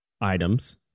items